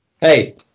hey